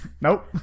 Nope